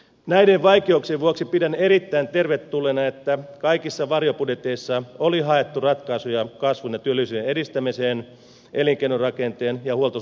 näiden vaikeuksien vuoksi pidän erittäin tervetulleena että kaikissa varjobudjeteissa oli haettu ratkaisuja kasvun ja työllisyyden edistämiseen elinkeinorakenteen ja huoltosuhteen vahvistamiseen